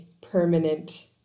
permanent